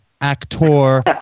actor